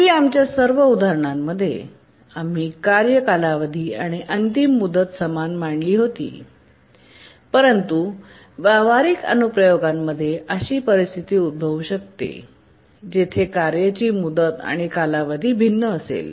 पूर्वी आमच्या सर्व उदाहरणांमध्ये आम्ही कार्य कालावधी आणि अंतिम मुदत समान मानली होती परंतु व्यावहारिक अनुप्रयोगांमध्ये अशी परिस्थिती उद्भवू शकते जेथे कार्येची मुदत आणि कालावधी भिन्न असेल